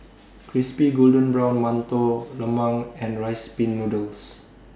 Crispy Golden Brown mantou Lemang and Rice Pin Noodles